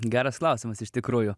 geras klausimas iš tikrųjų